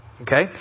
Okay